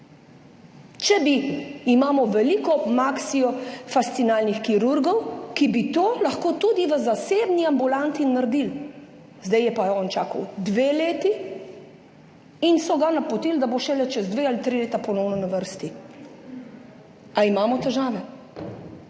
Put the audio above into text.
Imamo veliko maksiofascinalnih kirurgov, ki bi to lahko tudi v zasebni ambulanti naredili, zdaj je pa on čakal 2 leti in so ga napotili, da bo šele čez 2 ali 3 leta ponovno na vrsti. Ali imamo težave?